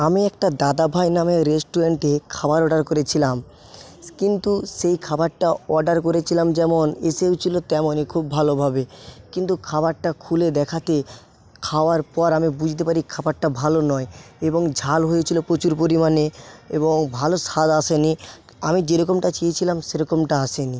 আমি একটা দাদাভাই নামে রেস্টুরেন্টে খাওয়ার অর্ডার করেছিলাম কিন্তু সেই খাবারটা অর্ডার করেছিলাম যেমন এসেওছিল তেমনই খুব ভালোভাবে কিন্তু খাওয়ারটা খুলে দেখাতে খাওয়ার পর আমি বুঝতে পারি খাবারটা ভালো নয় এবং ঝাল হয়েছিল প্রচুর পরিমাণে এবং ভালো স্বাদ আসেনি আমি যেরকমটা চেয়েছিলাম সেরকমটা আসেনি